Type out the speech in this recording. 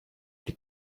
die